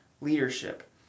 leadership